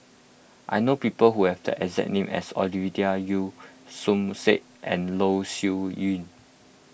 I know people who have the exact name as Ovidia Yu Som Said and Loh Sin Yun